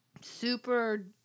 super